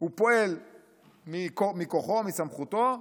הוא פועל מכוחו, מסמכותו.